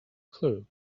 clue